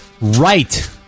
Right